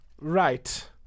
Right